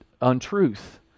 untruth